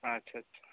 ᱟᱪᱪᱷᱟ ᱟᱪᱪᱷᱟ